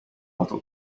alto